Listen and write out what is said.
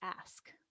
ask